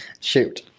shoot